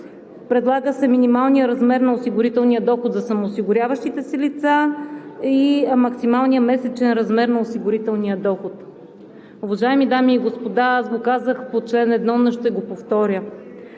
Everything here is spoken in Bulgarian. предлага се минималният размер на осигурителния доход за самоосигуряващите се лица и максималният месечен размер на осигурителния доход. Уважаеми дами и господа, казвах го по чл. 1, но ще го повторя.